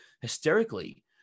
hysterically